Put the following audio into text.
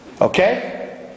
Okay